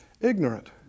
ignorant